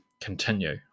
continue